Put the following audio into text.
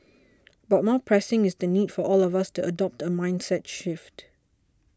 but more pressing is the need for all of us to adopt a mindset shift